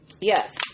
yes